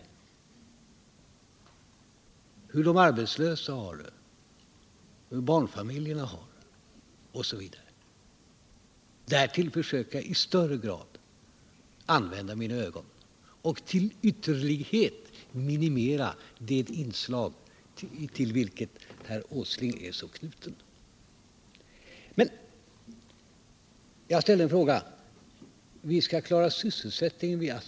Jag försöker se hur de arbetslösa har det, hur barnfamiljerna har det, osv. Därull försöker jag använda mina ögon och till ytterlighet minimera det inslag i det avseendet till vilket herr Åsling är så knuten. Jag ställde en fråga om ASSI och fick svaret: Vi skall klara sysselsättningen vid ASSI.